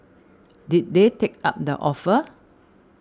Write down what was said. did they take up the offer